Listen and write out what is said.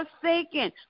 forsaken